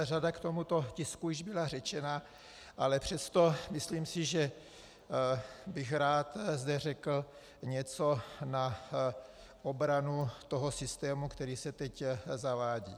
Řada k tomuto tisku už byla řečena, ale přesto si myslím, že bych rád zde řekl něco na obranu systému, který se teď zavádí.